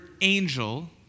angel